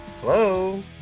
Hello